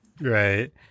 Right